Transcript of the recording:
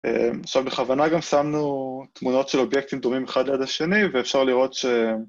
עכשיו בכוונה גם שמנו תמונות של אובייקטים דומים אחד ליד השני ואפשר לראות ש...